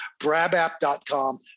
Brabapp.com